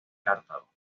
cartago